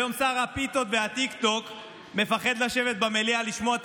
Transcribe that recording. היום שר הפיתות והטיקטוק מפחד לשבת במליאה לשמוע את